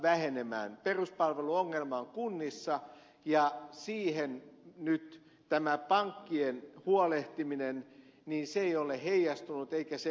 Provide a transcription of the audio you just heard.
peruspalveluongelma on kunnissa ja siihen nyt tämä pankkien huolehtiminen ei ole heijastunut eikä se riitä